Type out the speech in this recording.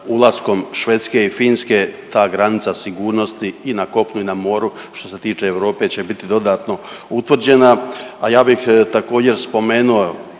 ulaskom Švedske i Finske ta granica sigurnosti i na kopnu i na moru što se tiče Europe će bit dodatno utvrđena, a ja bih također spomenuo